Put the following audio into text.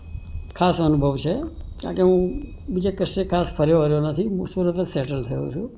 ખાસ અનુભવ છે કારણ કે હું બીજે કશે ખાસ ફર્યો હર્યો નથી હું સુરત જ સેટલ થયો છું